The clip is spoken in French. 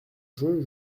jeu